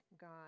God